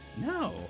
no